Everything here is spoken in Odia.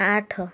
ଆଠ